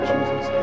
Jesus